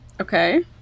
okay